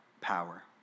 power